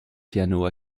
piano